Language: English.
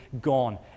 gone